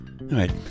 right